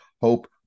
Hope